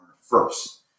first